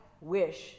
wish